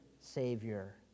Savior